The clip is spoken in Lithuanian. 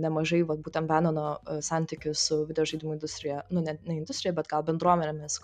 nemažai vat būtent benono santykių su videožaidimų industrija nu ne ne industrija bet gal bendruomenėmis